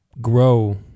grow